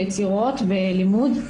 יצירות ולימוד,